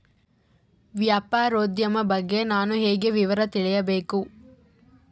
ವ್ಯಾಪಾರೋದ್ಯಮ ಬಗ್ಗೆ ನಾನು ಹೇಗೆ ವಿವರ ತಿಳಿಯಬೇಕು?